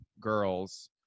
girls